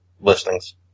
listings